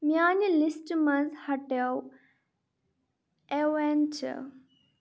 میٛانِہ list منٛز ہٹاو اٮ۪ونچہٕ